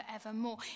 forevermore